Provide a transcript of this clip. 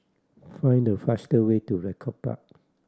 find the faster way to Draycott Park